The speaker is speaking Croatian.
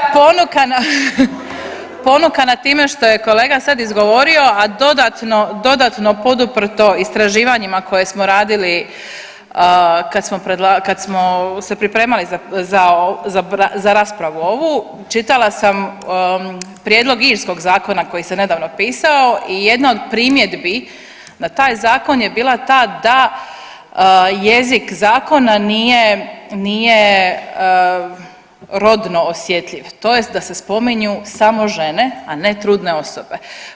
Ponukana time što je kolega sad izgovorio, a dodatno, dodatno poduprto istraživanjima koje smo radili kad smo se pripremali za raspravu ovu čitala sam prijedlog irskog zakona koji se nedavno pisao i jedna od primjedbi na taj zakon je bila ta da jezik zakona nije, nije rodno osjetljiv tj. da se spominju samo žene, a ne trudne osobe.